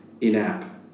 in-app